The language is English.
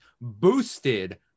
boosted